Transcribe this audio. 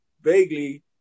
vaguely